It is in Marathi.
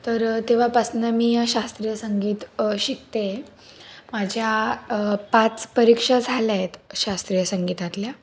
तर तेव्हापासनं मी शास्त्रीय संगीत शिकते माझ्या पाच परीक्षा झाल्या आहेत शास्त्रीय संगीतातल्या